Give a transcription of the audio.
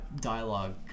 dialogue